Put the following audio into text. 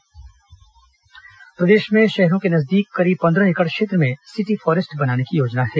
अपर मुख्य सचिव बैठक प्रदेश में शहरों के नजदीक करीब पंद्रह एकड़ क्षेत्र में सिटी फॉरेस्ट बनाने की योजना है